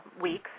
weeks